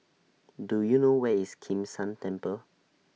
Do YOU know Where IS Kim San Temple